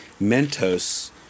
Mentos